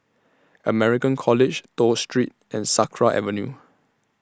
American College Toh Street and Sakra Avenue